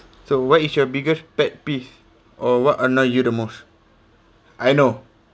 so what is your biggest pet peeve or what annoy you the most I know